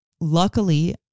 luckily